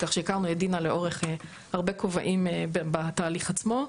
כך שהכרנו את דינה לאורך הרבה כובעים בתהליך עצמו.